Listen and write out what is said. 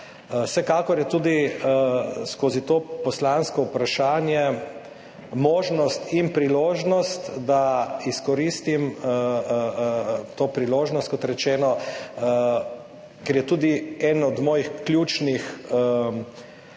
Vsekakor je tudi skozi to poslansko vprašanje možnost in priložnost, da izkoristim to priložnost, ker je tudi eden od ključnih [poudarkov]